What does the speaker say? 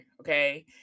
okay